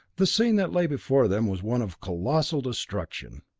the scene that lay before them was one of colossal destruction.